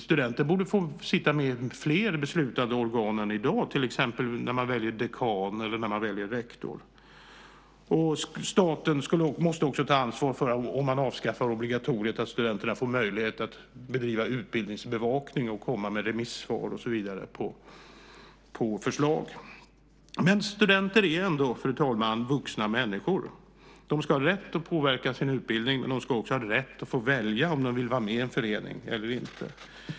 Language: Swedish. Studenter borde få sitta med i fler beslutande organ än de i dag gör, till exempel vid val av dekan eller rektor. Staten måste också, om kårobligatoriet avskaffas, ta ansvar för att studenterna får möjlighet att bedriva utbildningsbevakning, komma med remissvar på förslag och så vidare. Studenter är ändå, fru talman, vuxna människor. De ska ha rätt att påverka sin utbildning. De ska också ha rätt att få välja om de vill vara med i en förening eller inte.